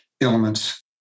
elements